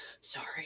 sorry